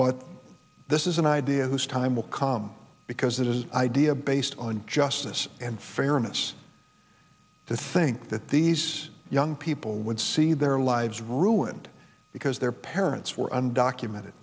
but this is an idea whose time will come because it is idea based on justice and fairness to think that these young people would see their lives ruined because their parents were undocumented